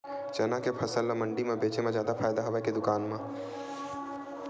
चना के फसल ल मंडी म बेचे म जादा फ़ायदा हवय के दुकान म?